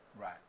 Right